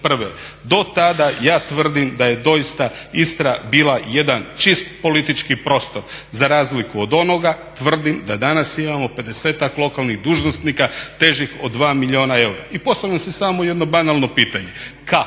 Do tada ja tvrdim da je doista Istra bila jedan čist politički prostor. Za razliku od onoga tvrdim da danas imamo pedesetak lokalnih dužnosnika težih od 2 milijuna eura. I postavljam si samo jedno banalno pitanje